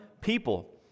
people